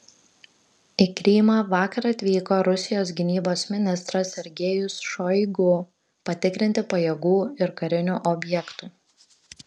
į krymą vakar atvyko rusijos gynybos ministras sergejus šoigu patikrinti pajėgų ir karinių objektų